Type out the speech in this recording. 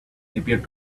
appeared